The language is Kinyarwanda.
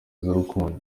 z’urukundo